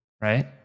right